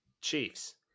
Chiefs